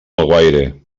alguaire